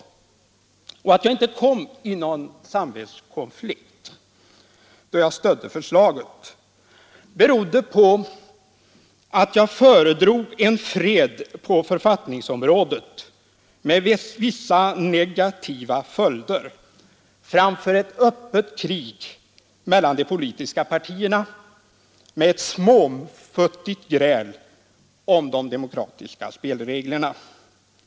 Anledningen till att jag inte kom i någon samvetskonflikt då jag stödde förslaget var att jag föredrog en fred på författningsområdet med vissa negativa der framför ett öppet krig mellan de politiska partierna med ett småfuttigt gräl om de demokratiska spelregler na.